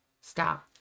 Stop